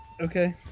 Okay